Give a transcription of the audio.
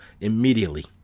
immediately